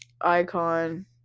Icon